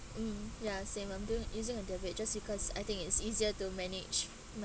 mm ya same I'm doing using a debit just because I think it's easier to manage my